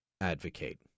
advocate